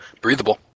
breathable